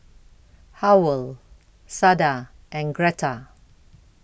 Howell Sada and Greta